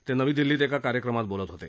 ते नवी दिल्लीत एका कार्यक्रमात बोलत होते